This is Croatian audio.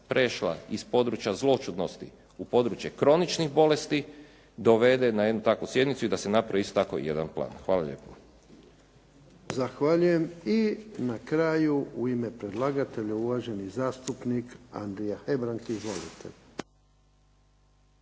prešla iz područja zloćudnosti u područje kroničnih bolesti dovede na jednu takvu sjednicu i da se napravi isto tako jedan plan. Hvala lijepo. **Jarnjak, Ivan (HDZ)** I na kraju u ime predlagatelja uvaženi zastupnik Andrija Hebrang.